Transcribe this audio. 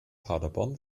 paderborn